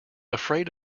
afraid